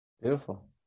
Beautiful